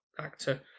actor